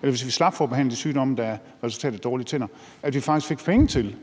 hvis vi slap for at behandle de sygdomme, der er resultat af dårlige tænder, fik vi faktisk penge til